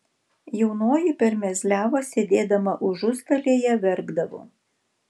jaunoji per mezliavą sėdėdama užustalėje verkdavo